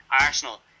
Arsenal